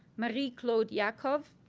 marie-claude yaacov,